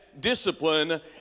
discipline